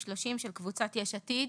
של קבוצת יש עתיד,